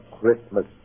Christmas